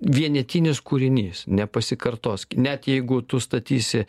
vienetinis kūrinys nepasikartos net jeigu tu statysi